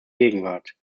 gegenwart